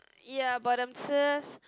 ya but I'm just